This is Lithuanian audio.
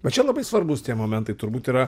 va čia labai svarbūs tie momentai turbūt yra